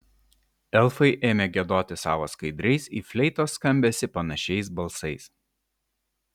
elfai ėmė giedoti savo skaidriais į fleitos skambesį panašiais balsais